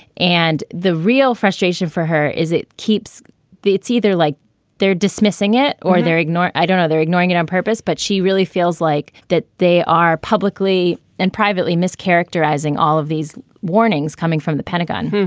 and the real frustration for her is it keeps it's either like they're dismissing it or they're ignored. i don't know. they're ignoring it on purpose. but she really feels like that they are publicly and privately mischaracterizing all of these warnings coming from the pentagon.